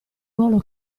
ruolo